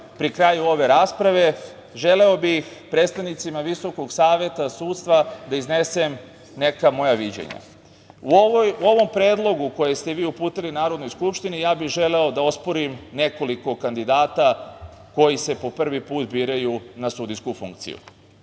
pri kaju ove rasprave, želeo bih predstavnicima VSS da iznesem neka moja viđenja. U ovom Predlogu koji ste vi uputili Narodnoj skupštini, ja bih želeo da osporim nekoliko kandidata koji se po prvi put biraju na sudijsku funkciju. To